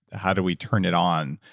how do we turn it on?